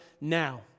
now